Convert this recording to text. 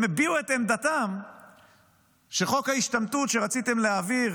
הם הביעו את עמדתם שחוק ההשתמטות שרציתם להעביר,